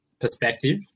perspective